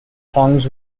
songs